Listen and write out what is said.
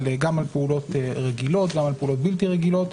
על פעולות רגילות ועל פעולות בלתי-רגילות,